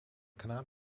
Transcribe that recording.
cannot